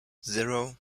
zero